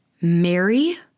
Mary